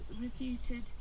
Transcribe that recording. refuted